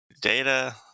data